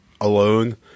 alone